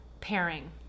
pairing